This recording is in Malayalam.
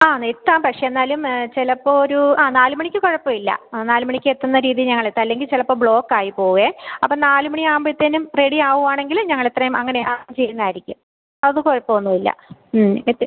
ആ എത്താം പക്ഷേ എന്നാലും ചിലപ്പോൾ ഒരു ആ നാല് മണിക്ക് കുഴപ്പമില്ല ആ നാല് മണിക്കെത്തുന്ന രീതിയിൽ ഞങ്ങളെത്താം അല്ലെങ്കിൽ ചിലപ്പോൾ ബ്ലോക്കായി പോകുമേ അപ്പോൾ നാല് മണിയാവുമ്പഴത്തേനും റെഡിയാവുകയാണെങ്കിൽ ഞങ്ങളെത്രയും അങ്ങനെ ആ ചെയ്യുന്നതായിരിക്കും അത് കുഴപ്പമൊന്നുമില്ല ഇത്